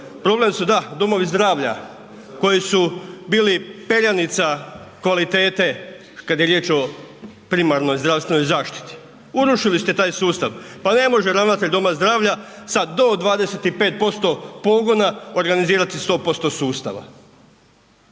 Problem su da domovi zdravlja koji su bili perjanica kvalitete kada je riječ o primarnoj zdravstvenoj zaštiti, urušili ste taj sustav. Pa ne može ravnatelj doma zdravlja sada do 25% pogona organizirati 100% sustava.